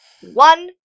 one